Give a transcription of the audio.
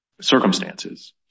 circumstances